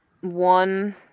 One